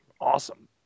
awesome